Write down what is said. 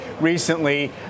recently